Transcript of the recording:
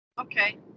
Okay